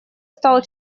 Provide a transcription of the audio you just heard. стал